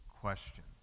question